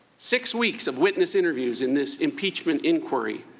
six weeks of witness interviews in this impeachment inquiry,